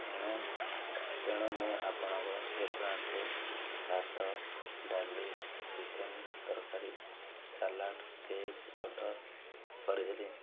ତେଣୁ ତେଣୁ ମୁଁ ଆପଣଙ୍କ ରେଷ୍ଟୁରାଣ୍ଟରୁ ଭାତ ଡାଲି ଚିକେନ ତରକାରୀ ସାଲାଡ଼ କେକ୍ ଅର୍ଡ଼ର୍ କରିଥିଲି